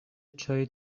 چایی